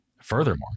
Furthermore